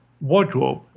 wardrobe